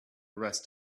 rest